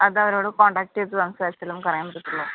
അത് അവരോട് കോൺടാക്ട് ചെയ്ത് സംസാരിച്ചാലേ പറയാൻ പറ്റത്തുള്ളൂ